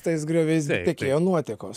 tais grioviais tekėjo nuotekos